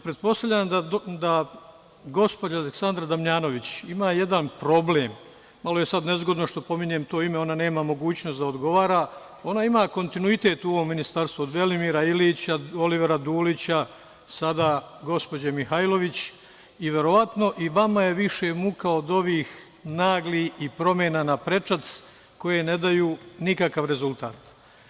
Pretpostavljam da gospođa Aleksandra Damjanović ima jedan problem, malo je sada nezgodno što pominjem to ime, ona nema mogućnost da odgovara, ona ima kontinuitet u ovom ministarstvu, od Velimira Ilića, Olivera Dulića, sada gospođe Mihajlović i verovatno je i vama više muka od ovih naglih promena naprečac koje ne daju nikakav rezultat.